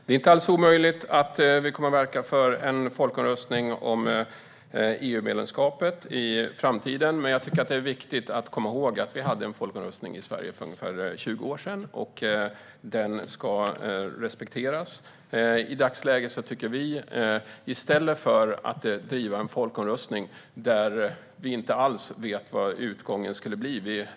Fru talman! Det är inte alls omöjligt att vi kommer att verka för en folkomröstning om EU-medlemskapet i framtiden. Men jag tycker att det är viktigt att komma ihåg att vi hade en folkomröstning i Sverige för ungefär 20 år sedan, och den ska respekteras. I dagsläget tycker inte vi att man ska driva på för en folkomröstning där man inte alls vet vad utgången skulle bli.